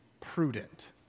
prudent